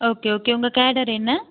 okay okay உங்கள் cadre என்ன